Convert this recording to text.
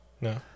No